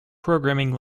programming